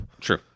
True